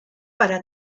para